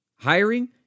Hiring